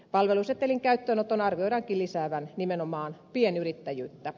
palvelusetelin käyttöönoton arvioidaankin lisäävän nimenomaan pienyrittäjyyttä